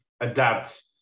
adapt